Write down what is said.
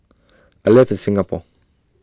I live in Singapore